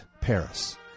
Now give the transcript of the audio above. Paris